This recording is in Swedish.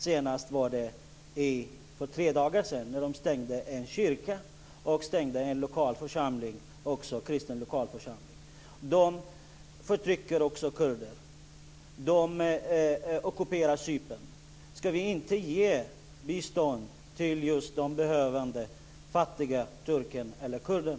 Senast skedde detta för tre dagar sedan när en lokal kristen församling och dess kyrka stängdes. Turkiet förtrycker kurder och ockuperar Cypern. Ska vi inte ge bistånd till den behövande fattiga turken eller kurden?